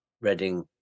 reading